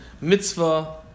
mitzvah